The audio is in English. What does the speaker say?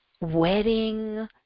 wedding